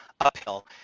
uphill